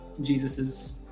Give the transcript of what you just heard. Jesus's